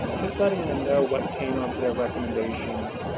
just letting them know what came of their recommendations.